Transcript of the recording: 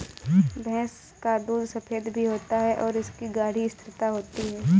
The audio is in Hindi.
भैंस का दूध सफेद भी होता है और इसकी गाढ़ी स्थिरता होती है